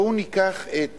בואו ניקח את